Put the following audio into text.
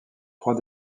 trois